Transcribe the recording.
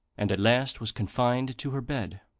and at last was confined to her bed.